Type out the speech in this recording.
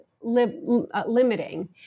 limiting